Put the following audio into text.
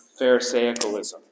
pharisaicalism